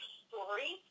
story